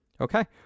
Okay